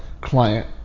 client